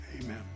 Amen